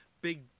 big